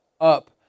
up